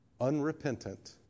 unrepentant